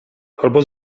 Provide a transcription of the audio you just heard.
albo